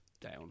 down